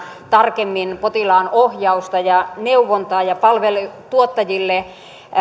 tarkemmin potilaan ohjausta ja neuvontaa ja palvelutuottajille